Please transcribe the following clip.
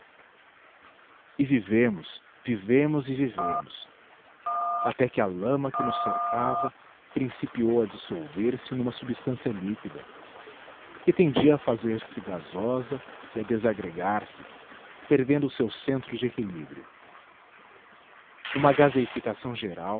vivemos vivemos e vivemos até que a lama que nos cercava principiou a dissolver se numa substância líquida que tendia a fazer-se gasosa e a desagregar se perdendo o seu centro de equilíbrio uma gaseificação geral